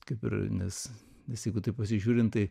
kaip ir nes nes jeigu taip pasižiūrint tai